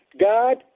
God